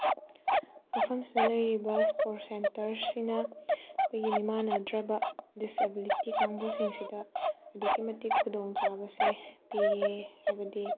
ꯃꯐꯝꯁꯤꯗ ꯂꯩꯔꯤꯕ ꯏꯁꯄꯣꯔꯠ ꯁꯦꯟꯇꯔꯁꯤꯅ ꯑꯩꯈꯣꯏꯒꯤ ꯃꯤꯃꯥꯟꯅꯗ꯭ꯔꯕ ꯗꯤꯁꯑꯦꯕꯤꯂꯤꯇꯤ ꯀꯥꯡꯕꯨꯁꯤꯡꯁꯤꯗ ꯑꯗꯨꯛꯀꯤ ꯃꯇꯤꯛ ꯈꯨꯗꯣꯡꯆꯥꯕꯁꯦ ꯄꯤꯌꯦ ꯍꯥꯏꯕꯗꯤ